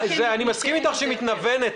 אני מסכים איתך שהיא מתנוונת,